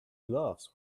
gloves